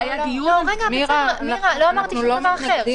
זה היה דיון --- מירה, לא אמרתי שום דבר אחר.